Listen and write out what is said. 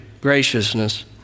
graciousness